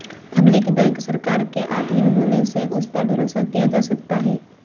public bank सरकार के आधीन होने से उस पर भरोसा किया जा सकता है